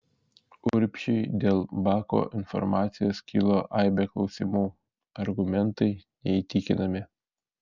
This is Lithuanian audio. urbšiui dėl bako informacijos kilo aibė klausimų argumentai neįtikinami